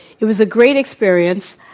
it was a great experience.